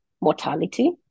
mortality